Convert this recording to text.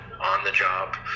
on-the-job